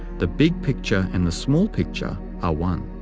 the big picture and the small picture are one.